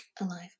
alive